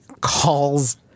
calls